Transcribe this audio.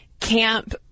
camp